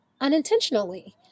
unintentionally